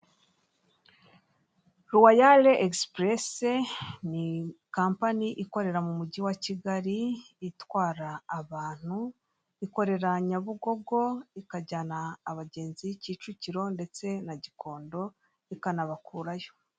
Royal express ni kampani ikorera mu Mujyi wa Kigali, itwara abantu, ikorera Nyabugogo, ikajyana abagenzi Kicukiro ndetse na Gikondo, ikanabakurayo.